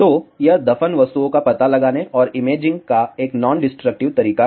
तो यह दफन वस्तुओं का पता लगाने और इमेजिंग का एक नॉन डिस्ट्रक्टिव तरीका है